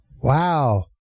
Wow